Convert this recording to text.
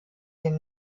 den